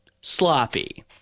sloppy